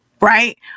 right